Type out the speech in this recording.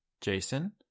Jason